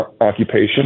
occupation